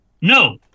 No